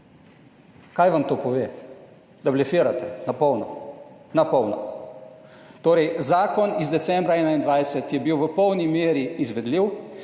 Kaj vam to pove? Da blefirate na polno, na polno. Torej, zakon iz decembra 2021 je bil v polni meri izvedljiv.